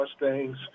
Mustangs